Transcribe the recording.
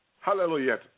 Hallelujah